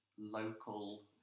local